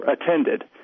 attended